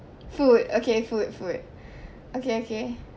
food okay food food okay okay